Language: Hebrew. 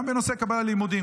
גם בנושא קבלה ללימודים,